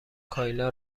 کایلا